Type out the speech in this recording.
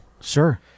Sure